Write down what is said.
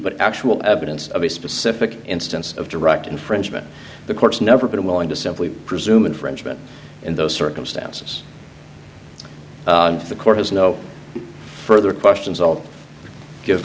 but actual evidence of a specific instance of direct infringement the court's never been willing to simply presume infringement in those circumstances the court has no further questions all give